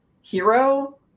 hero